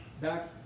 back